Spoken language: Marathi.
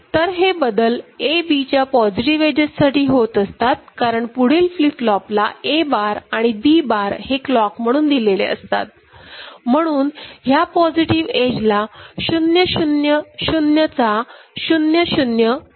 तर हे बदल ABच्या पॉझिटिव एजेस साठी होत असतात कारण पुढील फ्लिप फ्लॉपला A बार आणि B बार हे क्लॉक म्हणून दिलेले असतात म्हणून ह्या पॉझिटिव एजला 0 0 0चा 001 होतो